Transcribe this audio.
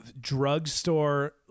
drugstore